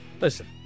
Listen